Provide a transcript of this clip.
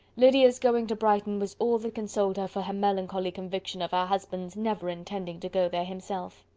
lydia's going to brighton was all that consoled her for her melancholy conviction of her husband's never intending to go there himself.